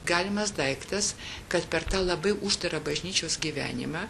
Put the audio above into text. galimas daiktas kad per tą labai uždarą bažnyčios gyvenimą